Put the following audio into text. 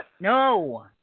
No